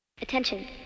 attention